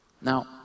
Now